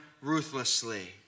ruthlessly